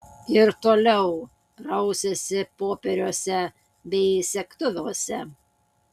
ir toliau rausėsi popieriuose bei segtuvuose